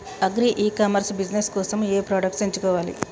Agri e commerce business కోసము ఏ products ఎంచుకోవాలి?